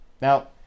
Now